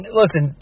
listen